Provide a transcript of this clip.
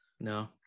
no